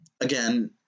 again